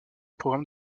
programme